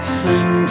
sing